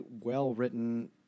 well-written